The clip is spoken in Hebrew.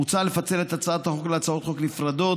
מוצע לפצל את הצעת החוק להצעות חוק נפרדות